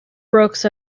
brooks